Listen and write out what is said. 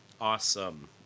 Awesome